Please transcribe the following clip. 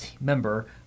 member